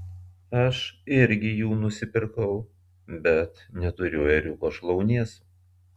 aš irgi jų nusipirkau bet neturiu ėriuko šlaunies